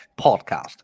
podcast